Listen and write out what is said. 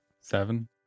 Seven